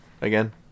again